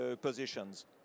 positions